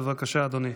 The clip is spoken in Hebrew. בבקשה, אדוני,